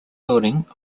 building